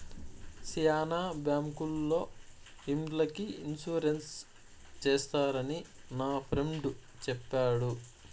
శ్యానా బ్యాంకుల్లో ఇండ్లకి ఇన్సూరెన్స్ చేస్తారని నా ఫ్రెండు చెప్పాడు